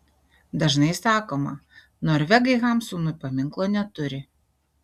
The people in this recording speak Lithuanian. dažnai sakoma norvegai hamsunui paminklo neturi